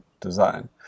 design